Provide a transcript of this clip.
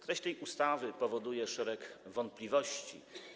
Treść tej ustawy powoduje szereg wątpliwości.